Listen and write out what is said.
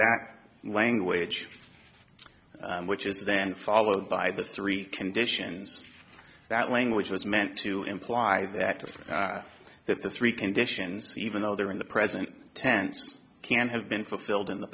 that language which is then followed by the three conditions that language was meant to imply that the that the three conditions even though they're in the present tense can have been fulfilled in the